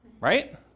Right